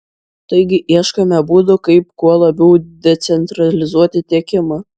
taigi ieškome būdų kaip kuo labiau decentralizuoti tiekimą